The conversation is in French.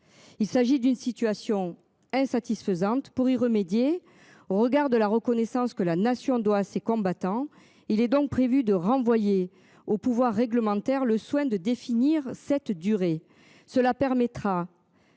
Il s'agit d'une situation insatisfaisante pour y remédier au regard de la reconnaissance que la nation doit ces combattants. Il est donc prévu de renvoyer au pouvoir réglementaire, le soin de définir cette durée, cela permettra.